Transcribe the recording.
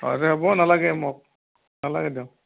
অ' দে হ'ব নালাগে মোক নালাগে দিয়ক